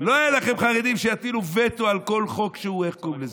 לא היו לכם חרדים שיטילו וטו על כל חוק כזה,